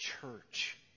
church